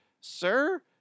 sir